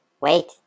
Wait